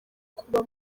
kuba